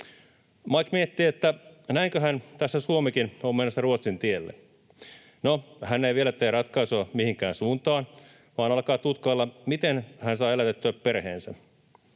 Mike miettii, että näinköhän tässä Suomikin on menossa Ruotsin tielle. No, hän ei vielä tee ratkaisua mihinkään suuntaan, vaan alkaa tutkailla, miten hän saa elätettyä perheensä.